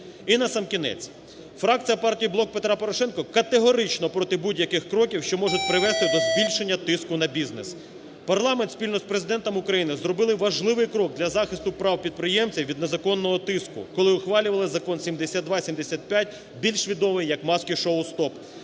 І насамкінець. Фракція партії "Блок Петра Порошенка" категорично проти будь-яких кроків, що можуть призвести до збільшення тиску на бізнес. Парламент спільно з Президентом України зробили важливий крок для захисту прав підприємців від незаконного тиску, коли ухвалювали Закон 7275 більш відомий як "маски-шоу – стоп".